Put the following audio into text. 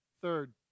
Third